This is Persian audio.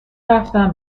رفتم